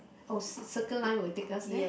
oh Cir~ Circle Line will take us there